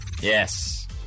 Yes